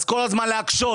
כל הזמן להקשות,